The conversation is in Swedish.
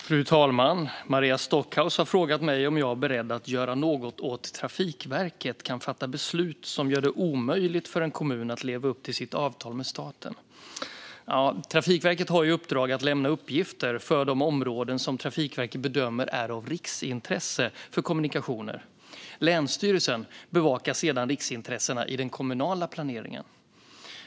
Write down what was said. Fru talman! Maria Stockhaus har frågat mig om jag är beredd att göra något åt att Trafikverket kan fatta beslut som gör det omöjligt för en kommun att leva upp till sitt avtal med staten. Trafikverket har i uppdrag att lämna uppgifter för de områden som Trafikverket bedömer är av riksintresse när det gäller kommunikationer. Länsstyrelserna bevakar sedan riksintressena i den kommunala planeringen.